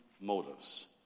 motives